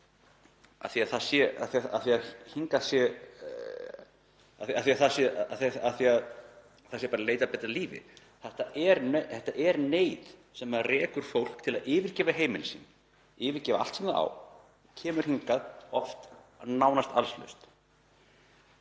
því að það sé bara að leita að betra lífi. Það er neyð sem rekur fólk til að yfirgefa heimili sín, yfirgefa allt sem það á og svo kemur það hingað oft nánast allslaust.